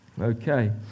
Okay